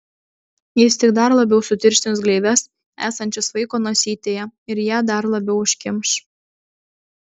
jis tik dar labiau sutirštins gleives esančias vaiko nosytėje ir ją dar labiau užkimš